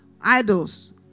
idols